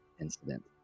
incident